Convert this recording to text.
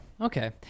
okay